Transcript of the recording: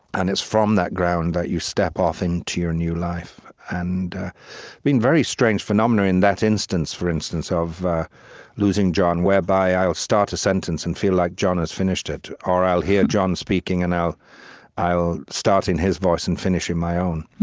and it's from that ground that you step off into your new life, and being a very strange phenomenon in that instance, for instance, of losing john, whereby i'll start a sentence and feel like john has finished it, or i'll hear john speaking, and i'll i'll start in his voice and finish in my own.